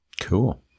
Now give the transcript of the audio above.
cool